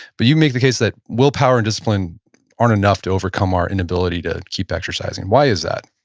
but you make the case that willpower and discipline aren't enough to overcome our inability to keep exercising. why is that?